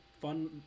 fun